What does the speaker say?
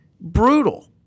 brutal